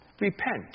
Repent